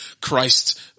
Christ